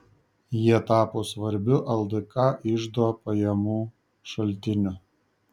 jie tapo svarbiu ldk iždo pajamų šaltiniu